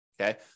Okay